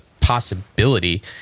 possibility